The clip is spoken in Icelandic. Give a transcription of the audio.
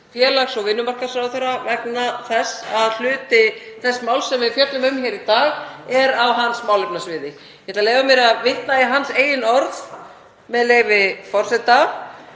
félags- og vinnumarkaðsráðherra vegna þess að hluti þess máls sem við fjöllum um hér í dag er á hans málefnasviði. Ég ætla að leyfa mér að vitna í frétt þar sem segir að